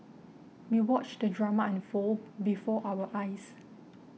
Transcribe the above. we watched the drama unfold before our eyes